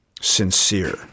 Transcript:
sincere